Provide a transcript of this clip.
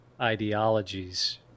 ideologies